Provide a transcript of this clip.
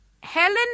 Helen